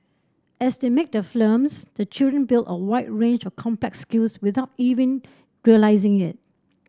as they make their films the children build a wide range of complex skills without even realising it